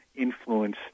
influence